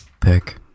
pick